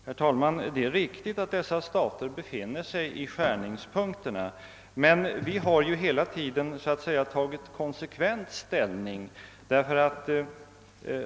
Herr talman! Det är riktigt att dessa stater befinner sig i skärningspunkterna, men vi har hela tiden tagit ställning konsekvent.